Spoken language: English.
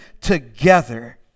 together